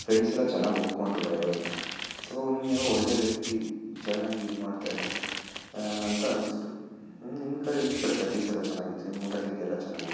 friends ಎಲ್ಲ ಚೆನ್ನಾಗಿ ಒಪ್ಪಿಕೊಂಡ್ರು ಡ್ರೈವರ್ನ ಸೌಮ್ಯ ಒಳ್ಳೆ ವ್ಯಕ್ತಿ ಚೆನ್ನಾಗಿದು ಮಾಡ್ತಾರೆ ಅಂತ ಅನ್ನಿಸ್ತು ನಿಮ್ಮ ಕಡೆ ಸರ್ವಿಸ್ ಎಲ್ಲ ಚೆನ್ನಾಗಿತ್ತು ನಿಮ್ಮ ಊಟ ತಿಂಡಿ ಎಲ್ಲ ಚೆನ್ನಾಗಿತ್ತು